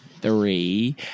Three